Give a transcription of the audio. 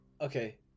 okay